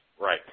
Right